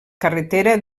carretera